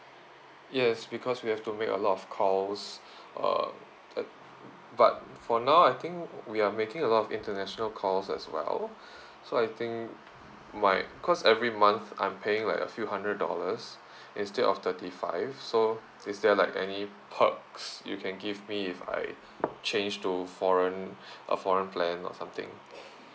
yes because we have to make a lot of calls uh at but for now I think we are making a lot of international calls as well so I think my because every month I'm paying like a few hundred dollars instead of thirty five so is there like any perks you can give me if I change to foreign uh foreign plan or something